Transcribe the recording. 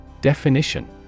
Definition